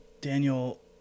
Daniel